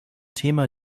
thema